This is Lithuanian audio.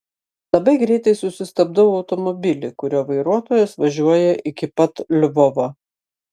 labai greitai susistabdau automobilį kurio vairuotojas važiuoja iki pat lvovo